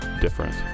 different